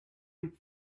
took